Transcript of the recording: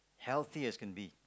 healthy as can be